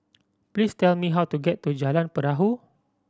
please tell me how to get to Jalan Perahu